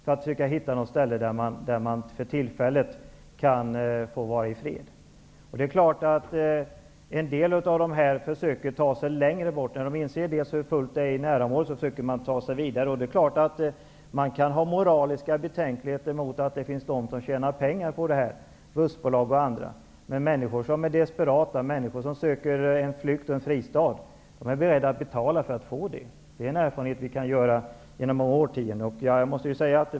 Man försöker hitta något ställe där man för tillfället kan få vara i fred. En del av dessa människor försöker att ta sig längre bort. När de inser hur fullt det är i närområdet försöker de att ta sig vidare. Man kan ha moraliska betänkligheter mot att det finns de som tjänar pengar på detta, bussbolag och andra. Människor som är desperata, flyr och söker en fristad är beredda att betala för att få detta. Det är en erfarenhet som vi gjort genom årtiondena.